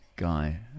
Guy